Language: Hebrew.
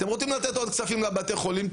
אתם רוצים לתת עוד כספים לבתי החולים?